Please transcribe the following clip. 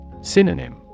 Synonym